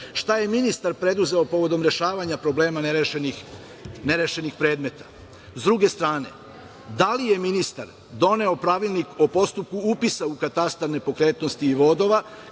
šta je ministar preduzeo povodom rešavanja problema nerešenih problema? Sa druge strane, da li je ministar doneo pravilnik o postupku upisa u katastar nepokretnosti vodova,